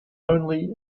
only